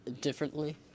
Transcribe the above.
differently